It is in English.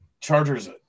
chargers